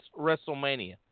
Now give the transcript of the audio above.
WrestleMania